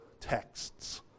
texts